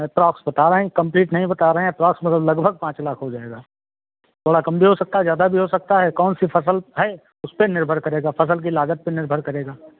approx बता रहे हैं कंप्लीट नहीं बता रहे हैं एप्रोक्स मतलब लगभग पाँच लाख हो जाएगा थोड़ा कम भी हो सकता है ज्यादा भी हो सकता है कौन सी फसल है उसपे निर्भर करेगा फसल कि लागत पर निर्भर करता है